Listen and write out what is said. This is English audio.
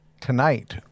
Tonight